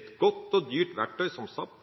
Et godt og dyrt verktøy som SAP,